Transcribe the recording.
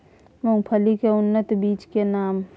मूंगफली के उन्नत बीज के नाम?